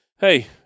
hey